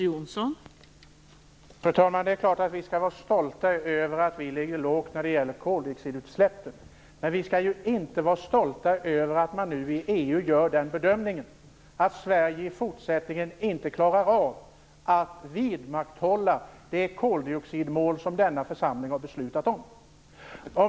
Fru talman! Det är klart att vi skall vara stolta över att vi ligger lågt när det gäller koldioxidutsläppen. Men vi skall inte vara stolta över att man nu inom EU gör bedömningen att Sverige i fortsättningen inte klarar av att vidmakthålla det koldioxidmål som denna församling har beslutat om.